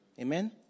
Amen